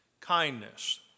Kindness